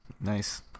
Nice